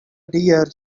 deer